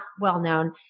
well-known